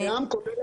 זה קיים היום.